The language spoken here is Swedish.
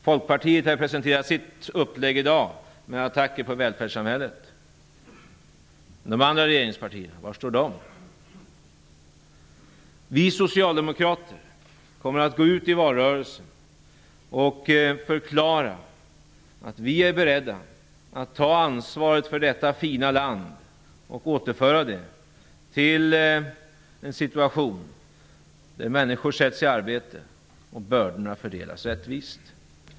Folkpartiet har presenterat sitt upplägg i dag med attacker på välfärdssamhället. Var står de andra regeringspartierna? Vi socialdemokrater kommer att gå ut i valrörelsen och förklara att vi är beredda att ta ansvaret för detta fina land och återföra det till en situation där människor sätts i arbete och bördorna fördelas rättvist.